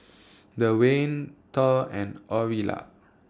Dewayne Thor and Aurilla